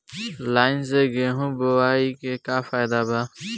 Line से गेहूं बोआई के का फायदा बा?